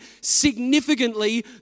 significantly